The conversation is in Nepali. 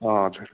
हजुर